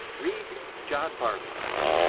read john barleycorn,